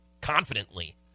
confidently